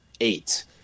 eight